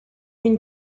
une